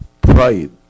pride